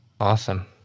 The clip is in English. Awesome